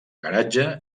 garatge